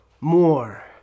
more